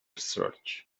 search